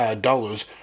dollars